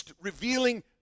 Revealing